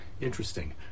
Interesting